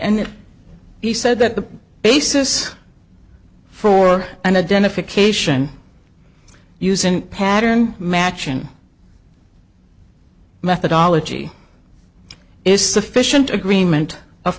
and he said that the basis for an identification using pattern matching methodology is sufficient agreement of